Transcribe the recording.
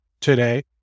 today